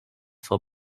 for